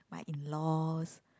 my in laws